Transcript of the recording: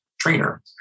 trainer